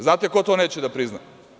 Znate ko to neće da prizna?